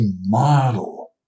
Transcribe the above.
model